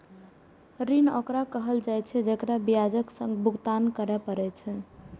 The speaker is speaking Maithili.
ऋण ओकरा कहल जाइ छै, जेकरा ब्याजक संग भुगतान करय पड़ै छै